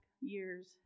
years